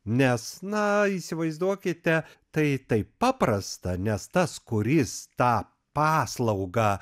nes na įsivaizduokite tai taip paprasta nes tas kuris tą paslaugą